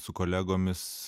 su kolegomis